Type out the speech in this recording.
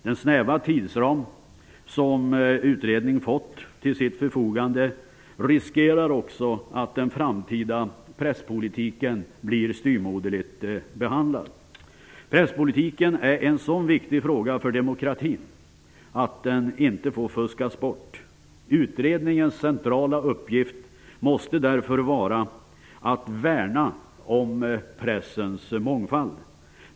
Den snäva tidsram som utredningen har fått till sitt förfogande riskerar också att den framtida presspolitiken blir styvmoderligt behandlad. Presspolitiken är en så viktig fråga för demokratin att den inte får fuskas bort. Utredningens centrala uppgift måste därför vara att värna om pressens mångfald.